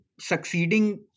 succeeding